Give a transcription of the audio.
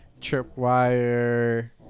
tripwire